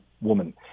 woman